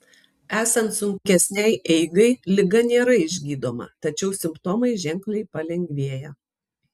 esant sunkesnei eigai liga nėra išgydoma tačiau simptomai ženkliai palengvėja